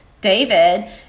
david